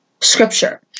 scripture